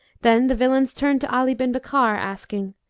then the villains turned to ali bin bakkar, asking,